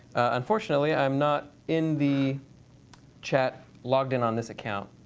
unfortunately i'm not in the chat logged in on this account.